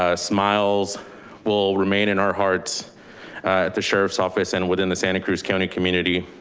ah smiles will remain in our hearts at the sheriff's office and within the santa cruz county community